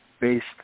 based